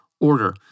order